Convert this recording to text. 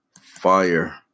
fire